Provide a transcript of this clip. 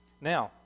Now